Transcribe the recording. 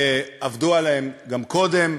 עבדו עליהם גם קודם,